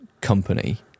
company